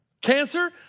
Cancer